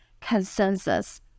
consensus